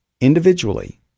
individually